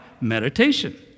meditation